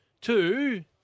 Two